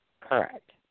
Correct